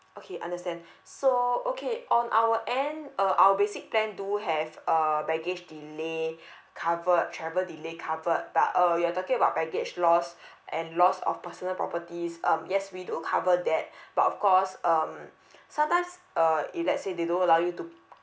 okay understand so okay on our end uh our basic plan do have uh baggage delay covered travel delay covered but uh you're talking about baggage loss and loss of personal properties um yes we do cover that but of course um sometimes uh if let's say they don't allow you to